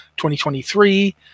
2023